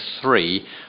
three